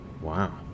Wow